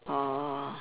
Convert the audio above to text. orh